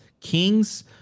kings